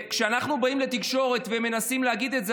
כשאנחנו באים לתקשורת ומנסים להגיד את זה,